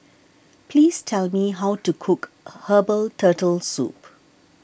please tell me how to cook Herbal Turtle Soup